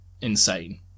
insane